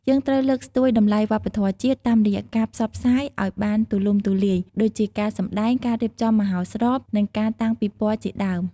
យើងត្រូវលើកស្ទួយតម្លៃវប្បធម៌ជាតិ តាមរយៈការផ្សព្វផ្សាយឲ្យបានទូលំទូលាយ ដូចជាការសម្ដែង ការរៀបចំមហោស្រព និងការតាំងពិព័រណ៍ជាដើម។